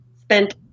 spent